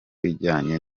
ijyanye